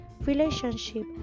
relationship